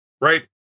right